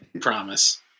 promise